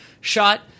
Shot